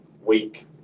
Week